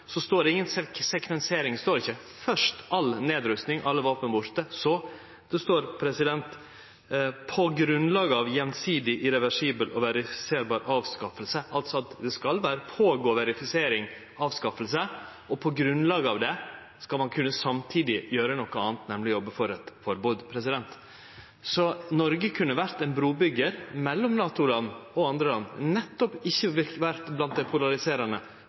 står ikkje – først all nedrusting, alle våpen borte. Det står «gjensidig, irreversibel og verifiserbar avskaffelse», altså at det skal skje verifisering og avskaffing, og på grunnlag av det skal ein samtidig kunne gjere noko anna, nemleg jobbe for eit forbod. Noreg kunne vore ein brubyggjar mellom NATO-land og andre land – nettopp ikkje vore blant dei polariserande